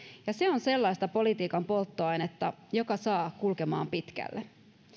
ja se on sellaista politiikan polttoainetta joka saa kulkemaan pitkälle